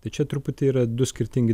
tai čia truputį yra du skirtingi